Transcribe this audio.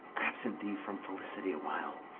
absent thee from felicity awhile,